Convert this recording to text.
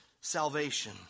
salvation